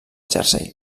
jersey